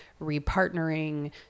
repartnering